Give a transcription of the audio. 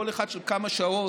כל אחת של כמה שעות,